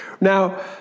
Now